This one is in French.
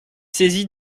saisie